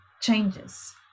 changes